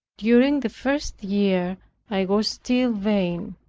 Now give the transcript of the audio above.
during the first year i was still vain.